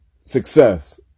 success